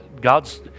God's